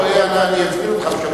טוב, אתה לא רואה, אני אזמין אותך.